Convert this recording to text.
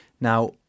now